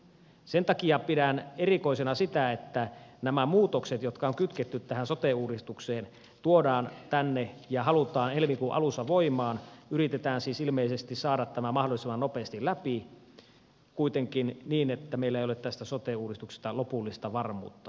sen takia pidän erikoisena sitä että nämä muutokset jotka on kytketty sote uudistukseen tuodaan tänne ja halutaan helmikuun alussa voimaan yritetään siis ilmeisesti saada tämä mahdollisimman nopeasti läpi kuitenkin niin että meillä ei ole tästä sote uudistuksesta lopullista varmuutta